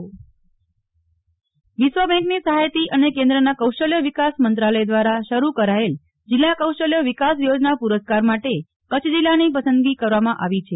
નેહલ ઠક્કર કૌશલ્ય એવોર્ડ વિશ્વ બેંકની સહાયથી અને કેન્દ્રના કૌશલ્ય વિકાસ મંત્રાલય દ્વારા શરૂ કરાયેલ જિલ્લા કૌશલ્ય વિકાસ યોજના પુરસ્કાર માટે કચ્છ જિલ્લાની પસંદગી કરવામાં આવી છે